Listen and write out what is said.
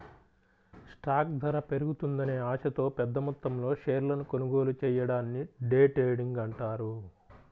stock ధర పెరుగుతుందనే ఆశతో పెద్దమొత్తంలో షేర్లను కొనుగోలు చెయ్యడాన్ని డే ట్రేడింగ్ అంటారు